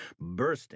bursting